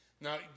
Now